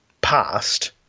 past –